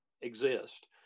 exist